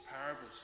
parables